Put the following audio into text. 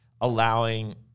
allowing